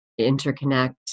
interconnect